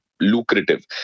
lucrative